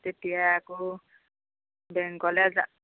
তেতিয়া আকৌ বেংকলৈ যা